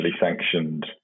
sanctioned